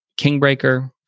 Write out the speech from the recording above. Kingbreaker